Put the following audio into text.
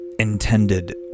intended